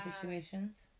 situations